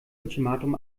ultimatum